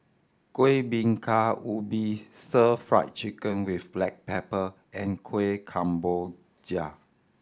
Kuih Bingka Ubi Stir Fried Chicken with black pepper and Kueh Kemboja